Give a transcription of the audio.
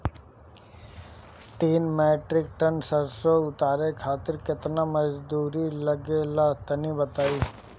तीन metric tonne सरसो उतारे खातिर केतना मजदूरी लगे ला तनि बताई?